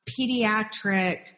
pediatric